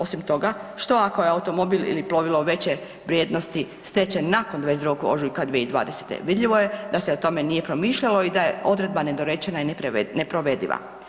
Osim toga, što ako je automobil ili plovilo veće vrijednosti stečen nakon 22. ožujka 2020., vidljivo je da se o tome nije promišljalo i da je odredba nedorečena i neprovediva.